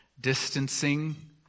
distancing